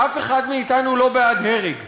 אף אחד מאתנו לא בעד הרג,